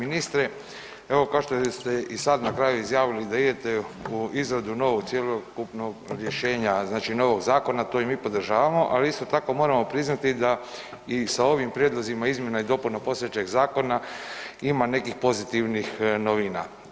Poštovani ministre, evo kao što ste i sad na kraju izjavili da idete u izradu novog cjelokupnog rješenja, znači novog zakona, to i mi podržavamo, ali isto tako moramo priznati da i sa ovim prijedlozima izmjena i dopuna postojećeg zakona ima nekih pozitivnih novina.